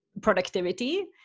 productivity